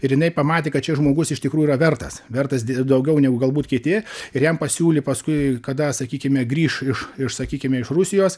ir jinai pamatė kad šis žmogus iš tikrųjų yra vertas vertas daugiau negu galbūt kiti ir jam pasiūli paskui kada sakykime grįš iš iš sakykime iš rusijos